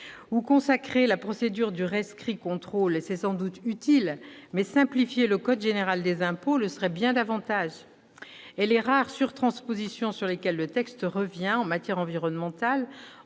! Consacrer la procédure du rescrit contrôle est sans doute utile, mais simplifier le code général des impôts le serait bien davantage. Et les rares surtranspositions sur lesquelles le texte revient, en matière environnementale,